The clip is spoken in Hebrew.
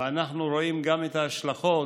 ואנחנו רואים גם את ההשלכות